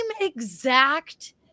exact